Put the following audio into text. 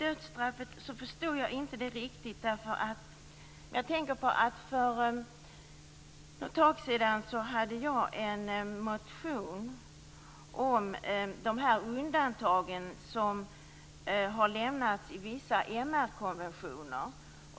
Jag förstod inte riktigt det som sades om dödsstraffet. För ett tag sedan skrev jag en motion om de undantag som har lämnats i vissa MR-konventioner.